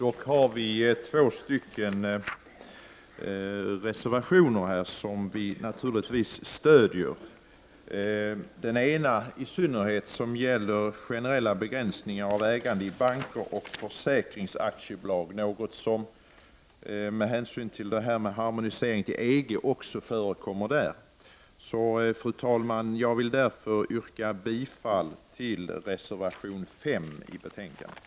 Vi har dock två reservationer som vi naturligtvis stöder — i synnerhet den ena som gäller generella begränsningar av ägandet i banker och försäkringsaktiebolag, något som med hänsyn till harmoniseringen till EG också förekommer där. Fru talman! Jag vill därför yrka bifall till reservation 5 i betänkandet.